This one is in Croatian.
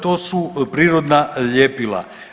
To su prirodna ljepila.